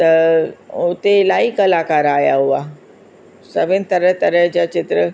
त उते इलाही कलाकार आया हुआ सभिन तरह तरह जा चित्र